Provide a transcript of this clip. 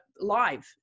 live